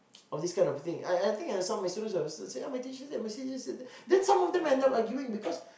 of this kind of thing I I think I saw my student my student say oh my teacher said my teacher said that then some of them I never I giving because